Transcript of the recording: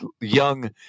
young